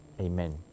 Amen